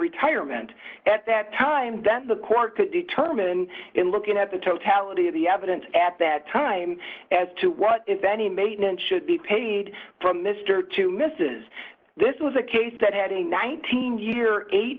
retirement at that time that the court could determine in looking at the totality of the evidence at that time as to what if any maintenance should be paid from mr to mrs this was a case that had a nineteen year eight